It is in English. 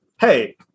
hey